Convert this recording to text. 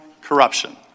corruption